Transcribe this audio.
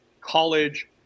college